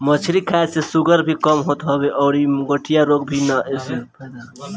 मछरी खाए से शुगर भी कम होत हवे अउरी गठिया रोग में भी एसे फायदा मिलत हवे